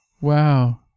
Wow